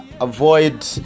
avoid